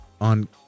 On